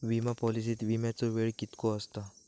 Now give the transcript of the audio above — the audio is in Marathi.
विमा पॉलिसीत विमाचो वेळ कीतको आसता?